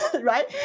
right